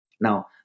Now